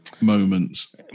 moments